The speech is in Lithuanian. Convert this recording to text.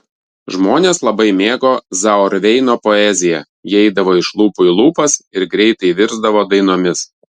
žmonės labai mėgo zauerveino poeziją ji eidavo iš lūpų į lūpas ir greitai virsdavo dainomis